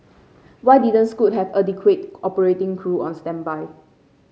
why didn't Scoot have adequate operating crew on standby